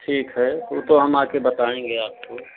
ठीक है वह तो हम आकर बताएँगे आपको